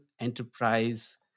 enterprise